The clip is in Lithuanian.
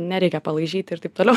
nereikia palaižyt ir taip toliau